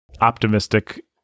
optimistic